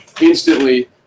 instantly